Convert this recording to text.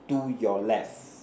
to your left